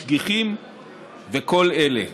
משגיחים וכל אלה.